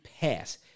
pass